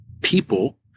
people